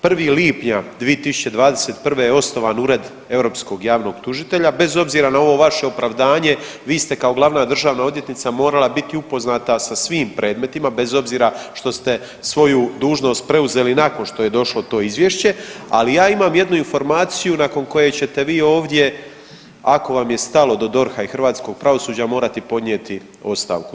1. lipnji 2021. je osnovan Ured europskog javnog tužitelja, bez obzira na ovo vaše opravdanje vi ste kao glavna državna odvjetnica morala biti upoznata sa svim predmetima bez obzira što ste svoju dužnost preuzeli nakon što je došlo to izvješće, ali ja imam jednu informaciju nakon koje ćete vi ovdje ako vam je stalo do DORH-a i hrvatskog pravosuđa morati poznati ostavku.